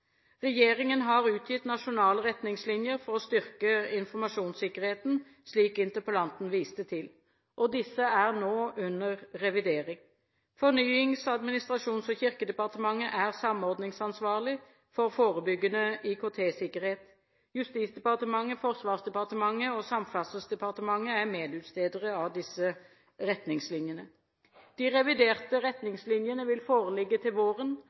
Regjeringen har utgitt nasjonale retningslinjer for å styrke informasjonssikkerheten, slik interpellanten viste til. Disse er nå under revidering. Fornyings-, administrasjons-, og kirkedepartementet er samordningsansvarlig for forebyggende IKT-sikkerhet. Justisdepartementet, Forsvarsdepartementet og Samferdselsdepartementet er medutstedere av disse retningslinjene. De reviderte retningslinjene vil foreligge til våren